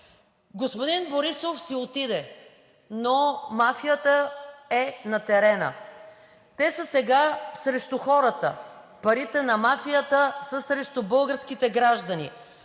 Господин Борисов си отиде, но мафията е на терена. Те са сега срещу хората, парите на мафията са срещу българските граждани.